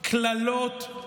קללות,